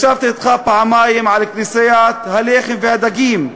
ישבתי אתך פעמיים על כנסיית הלחם והדגים,